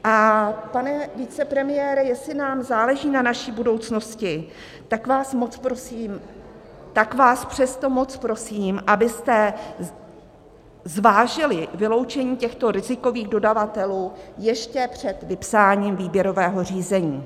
A pane vicepremiére, jestli nám záleží na naší budoucnosti, tak vás moc prosím, tak vás přesto moc prosím, abyste zvážili vyloučení těchto rizikových dodavatelů ještě před vypsáním výběrového řízení.